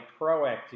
proactive